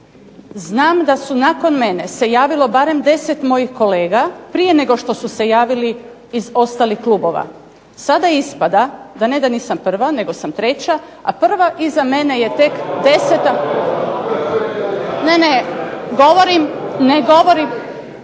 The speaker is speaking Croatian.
Znam da se nakon mene javilo barem 10 mojih kolega prije nego što su se javili iz ostalih klubova. Sada ispada da ne da nisam prva, nego sam treća, a prva iza mene je tek 10. Ne, ne govorim zbog